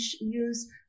use